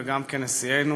וגם כנשיאנו,